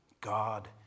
God